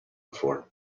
before